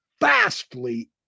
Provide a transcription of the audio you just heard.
vastly